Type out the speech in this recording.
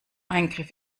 eingriff